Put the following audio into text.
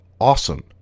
awesome